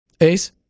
Ace